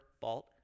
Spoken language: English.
fault